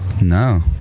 No